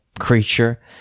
creature